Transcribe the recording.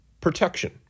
protection